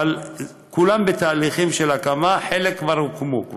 כולן בתהליכים של הקמה, חלק כבר הוקמו.